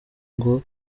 ngo